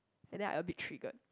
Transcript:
and then I a bit triggered